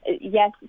yes